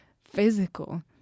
physical